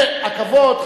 הכבוד,